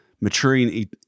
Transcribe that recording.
maturing